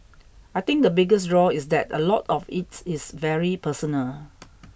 I think the biggest draw is that a lot of it is very personal